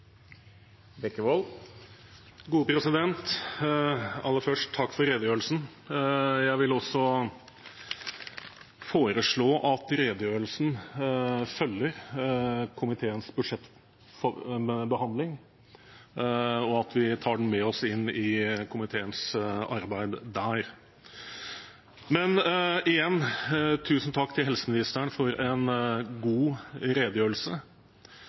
Aller først: Takk for redegjørelsen. Jeg vil også foreslå at redegjørelsen følger komiteens budsjettbehandling, og at vi tar den med oss inn i komiteens arbeid der. Men igjen: Tusen takk til helseministeren for en god redegjørelse.